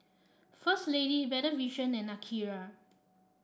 First Lady Better Vision and Akira